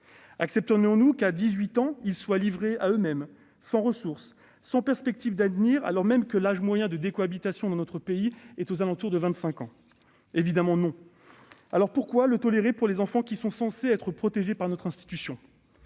Accepterions-nous que, à 18 ans, ils soient livrés à eux-mêmes, sans ressources, sans perspectives, alors même que l'âge moyen de décohabitation se situe, dans notre pays, autour de 25 ans ? Évidemment non ! Alors pourquoi le tolérer pour les enfants qui sont censés être protégés par l'institution ?